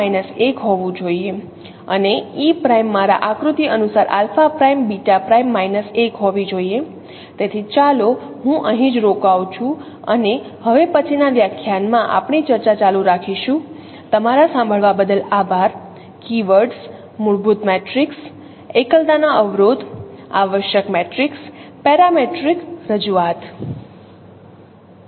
Glossary English Word Word Meaning co ordinates coordinates coordinates Cross Elements cross elements cross elements Square Matrix square matrix ચોરસ matrix Diagonal Matrix diagonal matrix વિકર્ણ matrix scale scale scale epipolar epipolar epipolar Rank rank rank Stereo stereo stereo pseudo inverse pseudo inverse pseudo inverse canonical canonical canonical system system પ્રણાલી matrix matrix matrix projection projection પ્રક્ષેપણ property property property homography homography homography image point image point છબી બિંદુ column vector column vector column vector